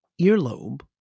earlobe